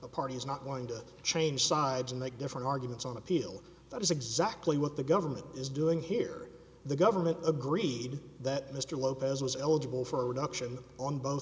the party is not going to change sides and make different arguments on appeal that is exactly what the government is doing here the government agreed that mr lopez was eligible for a reduction on both